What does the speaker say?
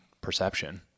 perception